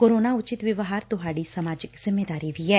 corona ਉਚਿਤ ਵਿਵਹਾਰ ਤੁਹਾਡੀ ਸਮਾਜਿਕ ਜਿੰਮੇਵਾਰੀ ਵੀ ਐ